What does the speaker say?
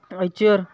Eicher